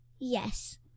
Yes